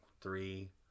three